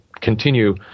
continue